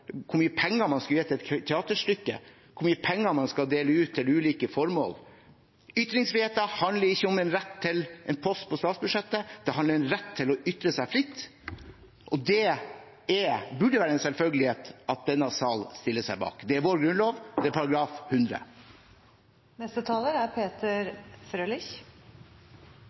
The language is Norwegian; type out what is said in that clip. hvor mye penger man skulle gi til et teaterstykke, hvor mye penger man skal dele ut til ulike formål. Ytringsfrihet handler ikke om en rett til en post på statsbudsjettet; det handler om en rett til å ytre seg fritt, og det burde det være en selvfølgelighet at denne salen stiller seg bak. Det er vår grunnlov. Det er